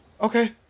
Okay